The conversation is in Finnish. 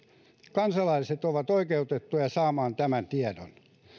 kansalaiset ovat oikeutettuja saamaan tämän tiedon